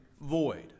void